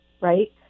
right